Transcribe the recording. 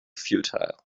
futile